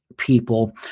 People